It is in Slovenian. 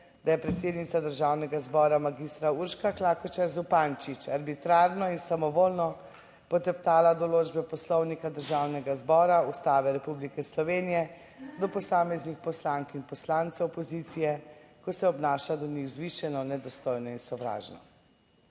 da je predsednica Državnega zbora magistra Urška Klakočar Zupančič arbitrarno in samovoljno poteptala določbe Poslovnika Državnega zbora, Ustave Republike Slovenije do posameznih poslank in poslancev opozicije, ko se obnaša do njih vzvišeno, nedostojno in sovražno.